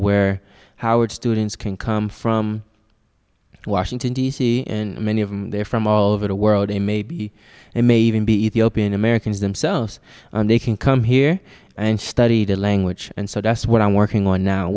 where howard students can come from washington d c and many of them they're from all over the world and maybe they may even be ethiopian americans themselves and they can come here and study the language and so that's what i'm working on now